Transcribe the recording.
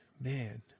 Man